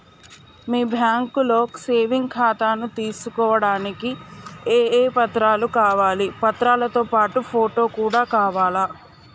మీ బ్యాంకులో సేవింగ్ ఖాతాను తీసుకోవడానికి ఏ ఏ పత్రాలు కావాలి పత్రాలతో పాటు ఫోటో కూడా కావాలా?